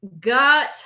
got